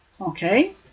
Okay